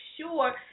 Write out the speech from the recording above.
sure